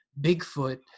Bigfoot